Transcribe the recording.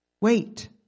Wait